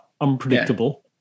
unpredictable